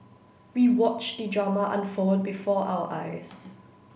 we watched the drama unfold before our eyes